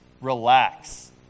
relax